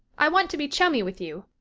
i want to be chummy with you.